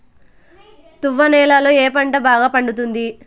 తువ్వ నేలలో ఏ పంట బాగా పండుతుంది?